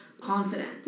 confident